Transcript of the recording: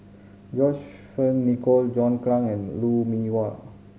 John Fearns Nicoll John Clang and Lou Mee Wah